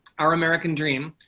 our american dream.